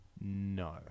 No